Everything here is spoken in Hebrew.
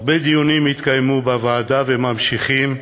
הרבה דיונים התקיימו בוועדה, וממשיכים,